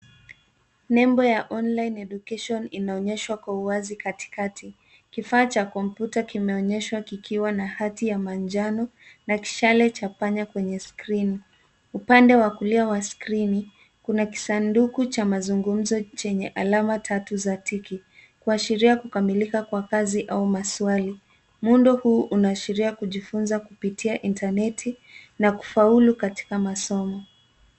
Nembo ya online education inaonyeshwa kwa uwazi katikati. Kifaa cha kompyuta kimeonyeshwa kikiwa na hati ya manjano na kishale cha panya kwenye screen . Upande wa kulia wa skrini kuna kisanduku cha mazungumzo chenye alama tatu za tiki kuashiria kukamilika kwa kazi au maswali. Muundo huu unaashiria kujifunza kupitia intaneti na kufaulu katika masomo.